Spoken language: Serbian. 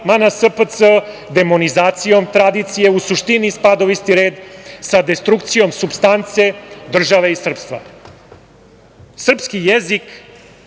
na SPC, demonizacijom tradicije. U suštini spada u isti red sa destrukcijom supstance države i srpstva. Srpski jezik,